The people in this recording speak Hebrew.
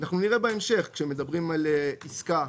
נראה בהמשך כשמדברים על "עסקה"